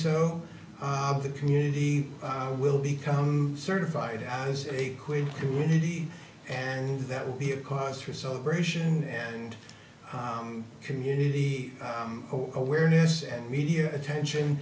so the community will become certified as a quick community and that will be a cause for celebration and community awareness and media attention